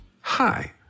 Hi